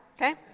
okay